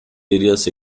areas